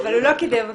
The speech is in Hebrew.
אבל הוא לא קידם אותו.